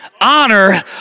Honor